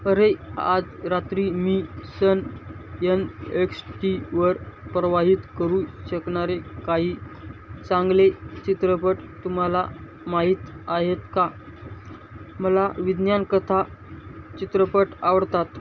अरे आज रात्री मी सन यन एक्स टी वर प्रवाहित करू शकणारे काही चांगले चित्रपट तुम्हाला माहीत आहेत का मला विज्ञानकथा चित्रपट आवडतात